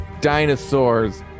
dinosaurs